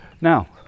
Now